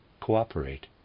cooperate